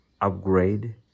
upgrade